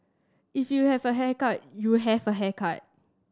if you have a haircut you have a haircut